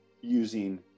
using